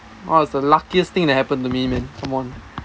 oh was the luckiest thing that happened to me man come on